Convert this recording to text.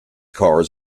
cars